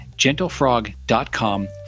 gentlefrog.com